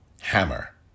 hammer